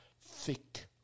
thick